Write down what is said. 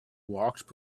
walked